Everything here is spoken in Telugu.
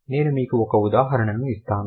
నేను మీకు ఒక ఉదాహరణ ఇస్తాను